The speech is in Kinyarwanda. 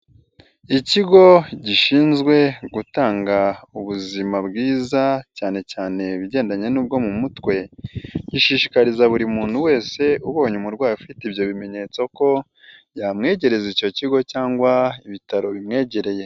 Ikigo gishinzwe gutanga ubuzima bwiza cyane cyane ibigendanye n'ubwo mu mutwe gishishikariza buri muntu wese ubonye umurwayi ufite ibyo bimenyetso ko yamwegereza icyo kigo cyangwa ibitaro bimwegereye.